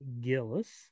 Gillis